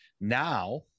Now